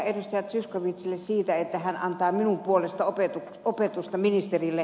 zyskowiczille siitä että hän antaa minun puolestani opetusta ministerille